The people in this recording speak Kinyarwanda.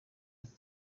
ati